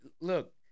look